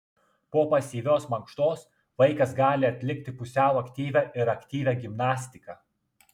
po pasyvios mankštos vaikas gali atlikti pusiau aktyvią ir aktyvią gimnastiką